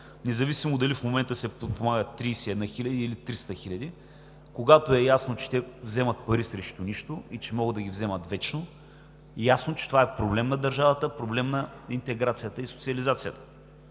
Независимо дали в момента се подпомагат 31 хиляди или 300 хиляди, когато е ясно, че те вземат пари срещу нищо и че могат да ги вземат вечно, това е проблем на държавата, проблем е на интеграцията и социализацията.